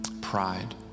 Pride